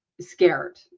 scared